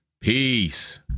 Peace